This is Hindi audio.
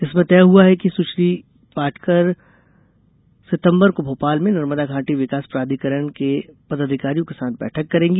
इसमें तय हुआ है कि सुश्री पाटकर नौ सितम्बर को भोपाल में नर्मदा घाटी विकास प्राधिकरण के पदाधिकारियों के साथ बैठक करेंगी